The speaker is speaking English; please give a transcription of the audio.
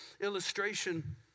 illustration